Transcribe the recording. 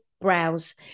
browse